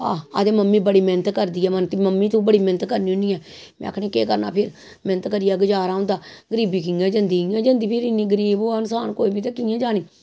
आखदे मम्मी बड़ी मैह्नत करदी ऐ मम्मी तूं बड़ा मेह्नत करनी होन्नी ऐं में आखनी केह् करना फिर मेह्नत करियै गज़ारा होंदा गरीबी कियां जंदी इ'यां जंदी फिर इन्ना गरीब होऐ इंसान कोई बी ते कि'यां जानी